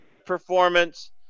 Performance